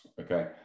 okay